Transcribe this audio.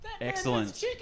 Excellent